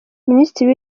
minisitiri